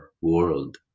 world